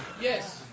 Yes